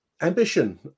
Ambition